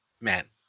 man